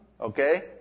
Okay